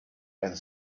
and